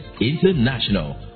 International